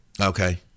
Okay